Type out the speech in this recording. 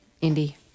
Indy